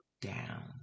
down